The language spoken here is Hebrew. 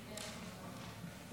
אדוני היושב בראש, חברותיי וחבריי לכנסת,